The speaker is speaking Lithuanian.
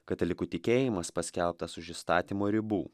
katalikų tikėjimas paskelbtas už įstatymo ribų